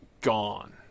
gone